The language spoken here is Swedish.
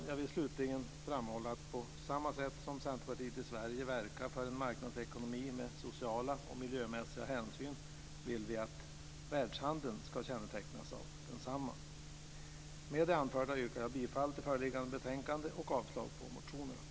Jag vill slutligen framhålla att Centerpartiet i Sverige verkar för en marknadsekonomi med sociala och miljömässiga hänsyn, och vi vill att världshandeln ska kännetecknas av detsamma. Med det anförda yrkar jag bifall till hemställan i föreliggande betänkande och avslag på motionerna. Tack!